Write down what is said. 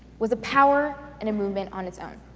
was a power and a movement on its own.